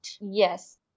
Yes